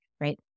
right